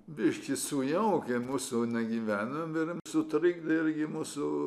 biški sujaukė mūsų ne gyvenimą sutrikdė irgi mūsų